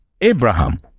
Abraham